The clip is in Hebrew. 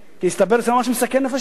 כי הסתבר שזה משהו מסכן נפשות.